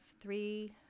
three